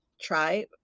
try